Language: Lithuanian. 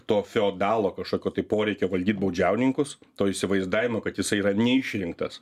to feodalo kažkokio poreikio valdyt baudžiauninkus to įsivaizdavimo kad jisai yra neišrinktas